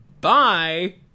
Bye